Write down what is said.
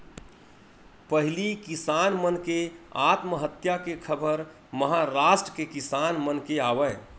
पहिली किसान मन के आत्महत्या के खबर महारास्ट के किसान मन के आवय